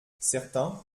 certains